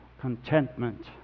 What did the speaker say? contentment